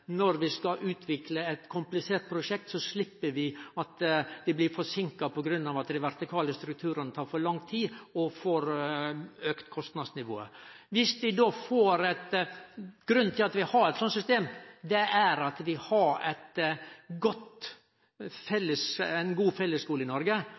når vi skal utvikle eit komplisert prosjekt, slepp vi at det blir forsinka på grunn av at dei vertikale strukturane tek for lang tid og aukar kostnadsnivået. Grunnen til at vi har eit sånt system, er at vi har ein god fellesskule i Noreg.